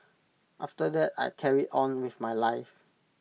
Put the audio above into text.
after that I carried on with my life